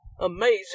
amazing